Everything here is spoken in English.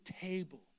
table